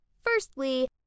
Firstly